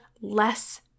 less